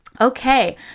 Okay